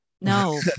No